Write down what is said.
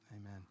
Amen